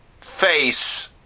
face